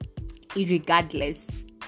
irregardless